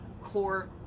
core